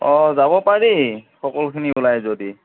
অঁ যাব পাৰি সকলোখিনি ওলায় যদি